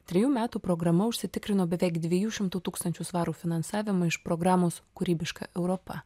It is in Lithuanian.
trejų metų programa užsitikrino beveik dviejų šimtų tūkstančių svarų finansavimą iš programos kūrybiška europa